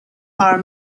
are